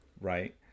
Right